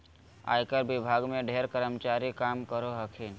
आयकर विभाग में ढेर कर्मचारी काम करो हखिन